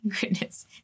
goodness